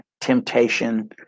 temptation